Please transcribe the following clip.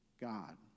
God